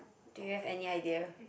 do you have any idea